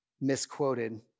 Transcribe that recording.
misquoted